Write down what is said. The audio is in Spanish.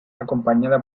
acompañada